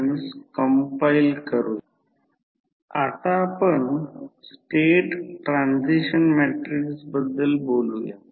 आता induced emf ची polarity Lenz लॉनेLenzs लॉ दिली जाते प्रत्यक्षात ते बदलाला विरोध करतो